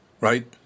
Right